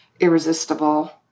irresistible